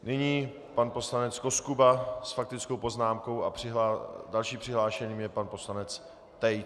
Nyní pan poslanec Koskuba s faktickou poznámkou a dalším přihlášeným je pan poslanec Tejc.